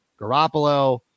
Garoppolo